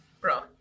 Bro